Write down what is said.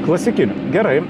klausykit gerai